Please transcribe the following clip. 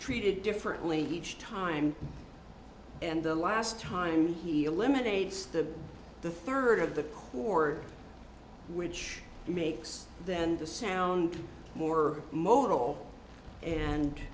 treated differently each time and the last time he eliminates the the third of the or which he makes then the sound more modal and